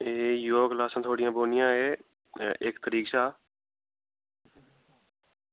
एह् योगा क्लॉसां थुआढ़ियां बौह्नियां एह् इक्क तरीक शा